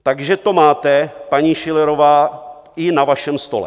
Takže to máte, paní Schillerová, i na vašem stole.